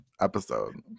episode